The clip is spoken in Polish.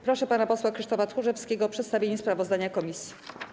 Proszę pana posła Krzysztofa Tchórzewskiego o przedstawienie sprawozdania komisji.